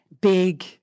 big